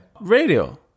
Radio